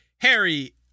Harry